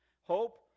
hope